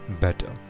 better